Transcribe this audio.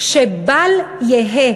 שבל יהא